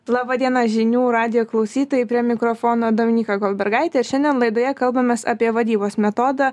laba diena žinių radijo klausytojai prie mikrofono dominyka goldbergaitė ir šiandien laidoje kalbamės apie vadybos metodą